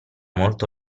molto